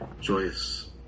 joyous